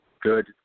good